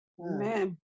Amen